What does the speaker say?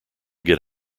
get